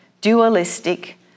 dualistic